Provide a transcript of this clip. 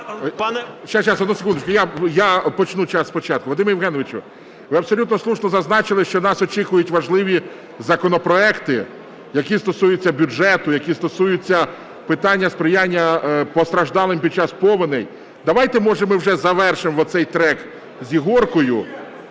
Зараз, одну секундочку, я почну спочатку. Вадиме Євгеновичу, ви абсолютно слушно зазначили, що нас очікують важливі законопроекти, які стосуються бюджету, які стосуються питання сприяння постраждалим під час повеней. Давайте, може, ми вже завершимо цей трек з "ігоркою"